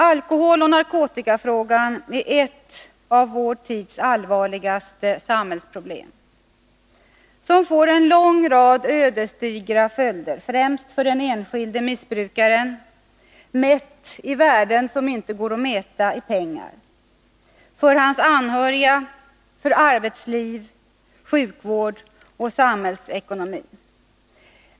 Alkoholoch narkotikafrågan är ett av vår tids allvarligaste samhällsproblem som får en lång rad ödesdigra följder främst för den enskilde missbrukaren — i värden som inte går att mäta i pengar — men också för hans anhöriga, för arbetsliv, för sjukvård och samhällsekonomi.